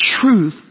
truth